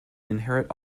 inherit